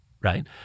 right